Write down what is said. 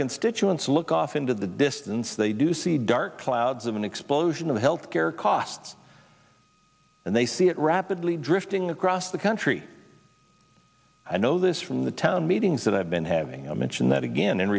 constituents look off into the distance they do see dark clouds of an explosion of health care costs and they see it rapidly drifting across the country i know this from the town meetings that i've been having i mentioned that again in